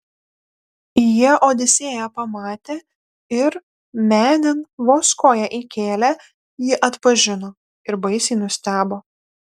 jie odisėją pamatė ir menėn vos koją įkėlę jį atpažino ir baisiai nustebo